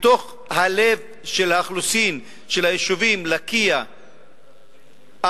בלב האוכלוסין של היישובים לקיה ואום-בטין,